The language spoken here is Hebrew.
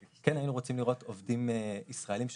כן היינו רוצים לראות עובדים ישראלים שעובדים,